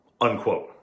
unquote